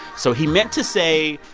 so he meant to say,